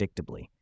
predictably